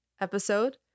episode